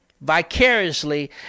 vicariously